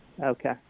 Okay